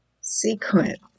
sequence